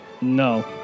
No